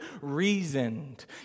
reasoned